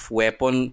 weapon